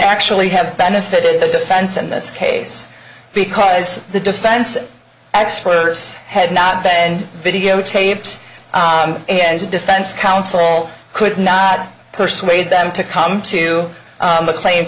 actually have benefited the defense in this case because the defense experts had not then videotapes and defense counsel could not persuade them to come to the claim